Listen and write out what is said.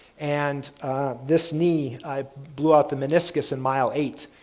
and this knee, i blew up the meniscus in mile eight.